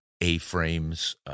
A-frames